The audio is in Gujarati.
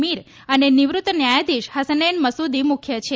મીર અને નિવૃત્ત ન્યાયાધીશ હસનેન મસુદી મુખ્ય છે